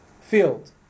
field